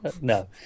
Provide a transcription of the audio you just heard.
No